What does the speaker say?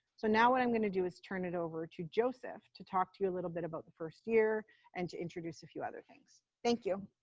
so now what i'm going to do is turn it over to joseph to talk to you a little bit about the first year and to introduce a few other things. thank you.